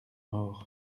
morts